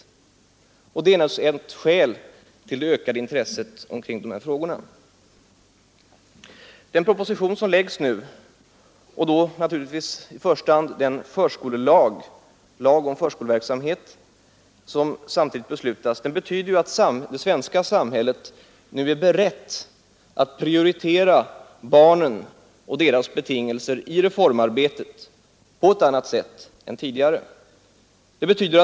Detta är ett skäl till det ökade intresset för de här frågorna. Den proposition som nu lagts fram — och naturligtvis i första hand det förslag till lag om förskoleverksamhet som vi skall besluta om — betyder att det svenska samhället i dag är berett att prioritera barnen och deras betingelser i reformarbetet på ett annat sätt än tidigare.